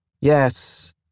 Yes